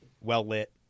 well-lit